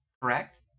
Correct